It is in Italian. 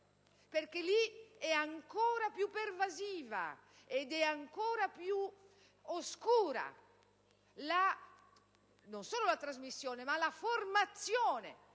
perché lì è ancora più pervasiva e oscura non solo la trasmissione, ma la formazione